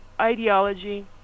ideology